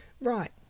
Right